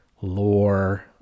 lore